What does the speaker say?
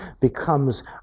becomes